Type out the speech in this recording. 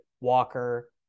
Walker